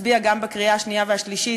נצביע גם בקריאה השנייה והשלישית,